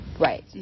right